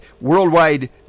worldwide